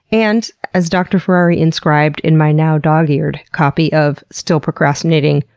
and, as dr. ferrari inscribed in my now dog-eared copy of still procrastinating?